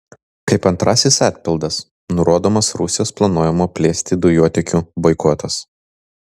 kaip antrasis atpildas nurodomas rusijos planuojamo plėsti dujotiekio boikotas